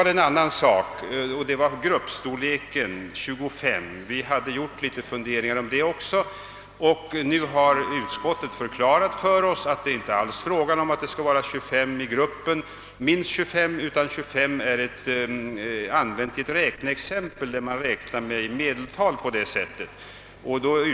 Beträffande gruppstorleken 25 har utskottet förklarat att det inte är fråga om att det skall vara minst 25 i gruppen, utan man räknar med ett medeltal av 25.